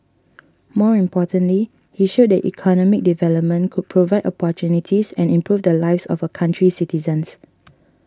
more importantly he showed that economic development could provide opportunities and improve the lives of a country's citizens